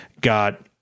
got